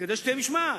כדי שתהיה משמעת.